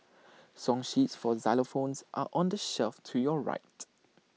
song sheets for xylophones are on the shelf to your right